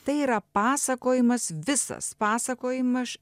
tai yra pasakojimas visas pasakojimaš